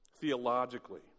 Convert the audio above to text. theologically